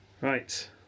Right